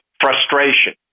frustration